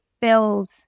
build